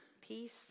peace